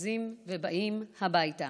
אורזים ובאים הביתה.